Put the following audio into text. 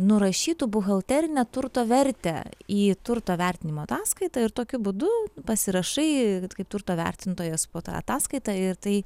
nurašytų buhalterinę turto vertę į turto vertinimo ataskaitą ir tokiu būdu pasirašai kaip turto vertintojas po ta ataskaita ir tai